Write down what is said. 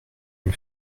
une